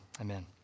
amen